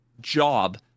job